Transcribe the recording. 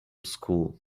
school